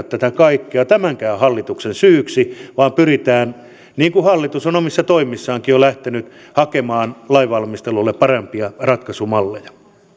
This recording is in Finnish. tätä kaikkea tämänkään hallituksen syyksi vaan pyritään niin kuin hallitus on omissa toimissaankin jo lähtenyt hakemaan lainvalmistelulle parempia ratkaisumalleja